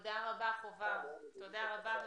תודה רבה, חובב, ובהצלחה.